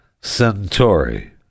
Centauri